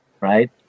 right